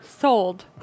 Sold